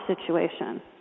situation